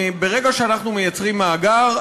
ברגע שאנחנו מייצרים מאגר,